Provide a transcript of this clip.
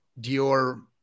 Dior